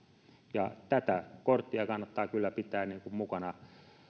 ja tätä korttia kannattaa kyllä pitää mukana